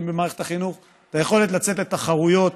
במערכת החינוך את היכולת לצאת לתחרויות